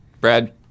Brad